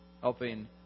helping